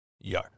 Yo